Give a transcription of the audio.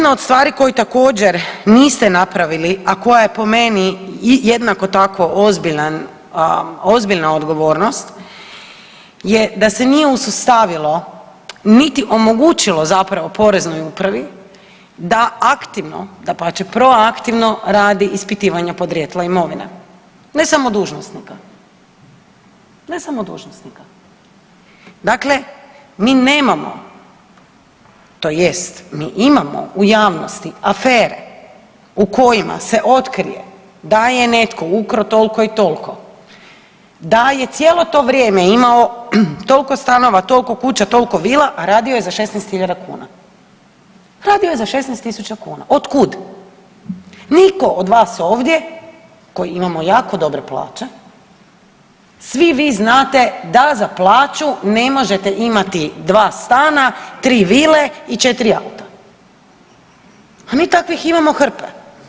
Jedna od stvari koje također niste napravili a koja po meni jednako tako ozbiljna odgovornost je da se nije usustavilo niti omogućilo zapravo Poreznoj upravi da aktivno dapače preaktivno radi ispitivanje podrijetla imovine, ne samo dužnosnika, ne samo dužnosnika, dakle, mi nemamo to jest mi imamo u javnosti afere u kojima se otkrije da je netko ukrao toliko i toliko, da je cijelo to vrijeme imao toliko stanova, toliko kuća, toliko vila a radio je za 16.000 kuna, radio je za 16.000 kuna, otkud, nitko od nas ovdje koji imamo jako dobre plaće svi vi znate da za plaću ne možete imati dva stana, tri vile i četiri auta, a mi takvih imamo hrpe.